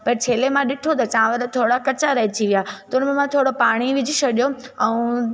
पर छेले मां ॾिठो त चांवर थोरा कचा रहिजी विया त उन में मां थोरो पाणी विझी छॾियो ऐं